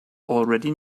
already